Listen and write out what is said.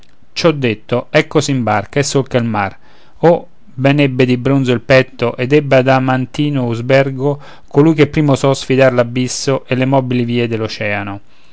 ciò detto ecco s'imbarca e solca il mar oh ben ebbe di bronzo il petto ed ebbe adamantino usbergo colui che primo osò sfidar l'abisso e le mobili vie